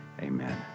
Amen